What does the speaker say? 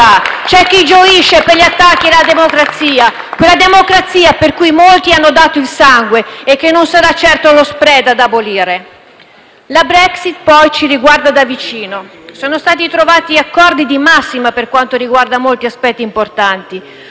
c'è chi gioisce per gli attacchi alla democrazia; quella democrazia per cui molti hanno dato il sangue e che non sarà certo lo *spread* ad abolire. La Brexit, poi, ci riguarda da vicino. Sono stati trovati accordi di massima per quanto riguarda molti aspetti importanti,